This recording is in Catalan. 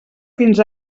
fins